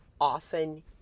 often